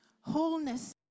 wholeness